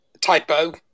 typo